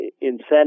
incentives